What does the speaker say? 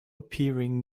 appearing